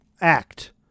act